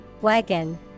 Wagon